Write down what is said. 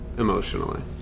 Emotionally